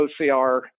OCR